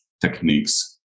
techniques